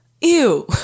ew